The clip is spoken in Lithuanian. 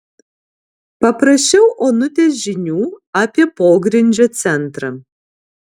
paprašiau onutės žinių apie pogrindžio centrą